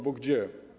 Bo gdzie?